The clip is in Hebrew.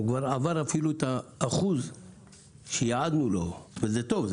הוא עבר אפילו את האחוז שייעדנו לו וזה טוב.